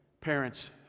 parents